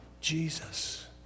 Jesus